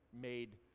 made